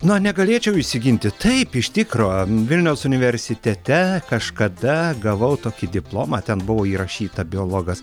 na negalėčiau išsiginti taip iš tikro vilniaus universitete kažkada gavau tokį diplomą ten buvo įrašyta biologas